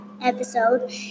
episode